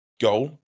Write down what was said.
goal